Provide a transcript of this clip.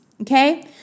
Okay